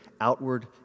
outward